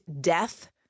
death